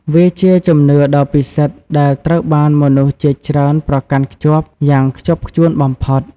វាជាជំនឿដ៏ពិសិដ្ឋដែលត្រូវបានមនុស្សជាច្រើនប្រកាន់ខ្ជាប់យ៉ាងខ្ជាប់ខ្ជួនបំផុត។